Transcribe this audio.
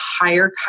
higher